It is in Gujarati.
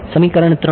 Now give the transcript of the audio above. સમીકરણ 3